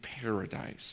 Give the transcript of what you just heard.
paradise